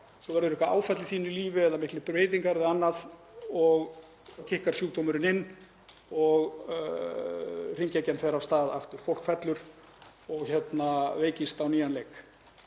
Svo verður eitthvert áfall í þínu lífi eða miklar breytingar eða annað og þá kikkar sjúkdómurinn inn og hringekjan fer af stað aftur. Fólk fellur og veikist á nýjan leik.